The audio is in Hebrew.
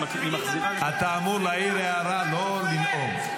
אתה אמור להעיר הערה, לא לנאום.